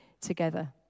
together